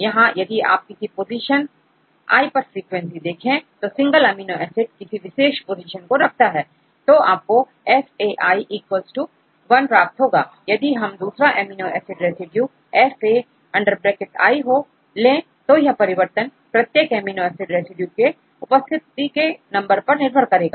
यहां यदि आप किसी पोजीशन I पर फ्रीक्वेंसी देखें तो सिंगल अमीनो एसिड किसी विशेष पोजीशन को रखता है तो आपकोfa 1प्राप्त होगा और यदि यह दूसरा एमिनो एसिड रेसिड्यूfaहो तो यह परिवर्तन प्रत्येक अमीनो एसिड रेसिड्यू के उपस्थिति के नंबर पर निर्भर करेगा